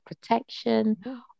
protection